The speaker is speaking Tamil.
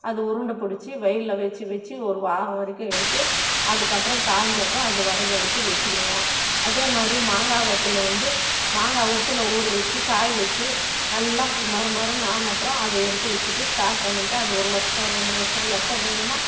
அது உருண்டை பிடிச்சி வெயில்ல வச்சி வச்சி ஒரு வாரம் வரைக்கும் எடுத்து அதுக்கப்புறம் காஞ்சப்புறம் அது வடகம் எடுத்து வச்சிக்கிருவோம் அதே மாதிரி மாங்காய் வத்தல் வந்து மாங்காய் உப்பில் ஊற வச்சி காய வச்சி நல்லா மொறுமொறுன்னு ஆன அப்புறம் அதை எடுத்து வச்சிட்டு ஸ்டாக் பண்ணிட்டு அது ஒரு வருஷம் ரெண்டு வருஷம் எப்போ வேணுமோ